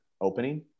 opening